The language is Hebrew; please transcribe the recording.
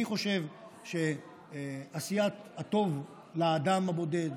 אני חושב שעשיית הטוב לאדם הבודד,